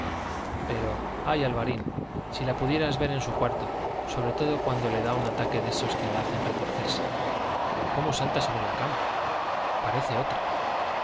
pero ay alvarín si la pudieras ver en su cuarto sobre todo cuando le da un ataque de esos que la hacen retorcerse cómo salta sobre la cama parece otra